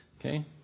Okay